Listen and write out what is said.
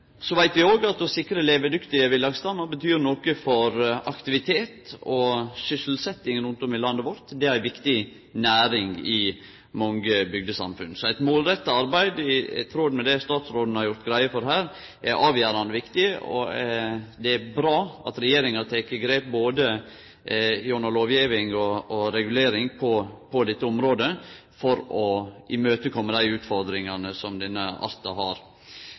Vi veit at det å sikre levedyktige villaksstammar betyr noko for aktivitet og sysselsetjing rundt om i landet vårt. Det er ei viktig næring i mange bygdesamfunn. Så eit målretta arbeid i tråd med det statsråden har gjort greie for her, er avgjerande viktig. Det er bra at regjeringa tek grep gjennom både lovgjeving og regulering på dette området for å imøtekomme dei utfordringane som denne arta har.